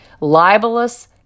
libelous